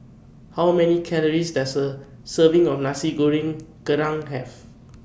How Many Calories Does A Serving of Nasi Goreng Kerang Have